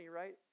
right